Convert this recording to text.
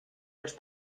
los